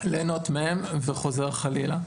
ליהנות מהם וחוזר חלילה.